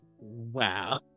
wow